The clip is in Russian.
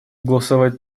голосовать